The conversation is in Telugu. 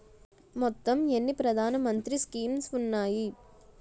మొత్తం ఎన్ని ప్రధాన మంత్రి స్కీమ్స్ ఉన్నాయి?